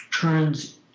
Turns